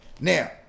Now